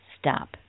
stop